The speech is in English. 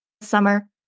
summer